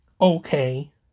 okay